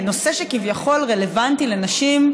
נושא שכביכול רלוונטי לנשים,